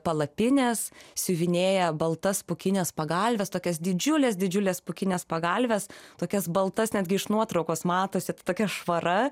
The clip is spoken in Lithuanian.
palapinės siuvinėja baltas pūkines pagalves tokias didžiules didžiules pūkines pagalves tokias baltas netgi iš nuotraukos matosi tokia švara